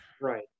Right